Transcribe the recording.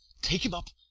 take him up,